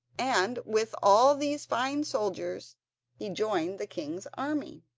and with all these fine soldiers he joined the king's army.